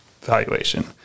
valuation